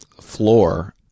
floor